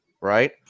right